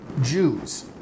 Jews